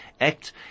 Act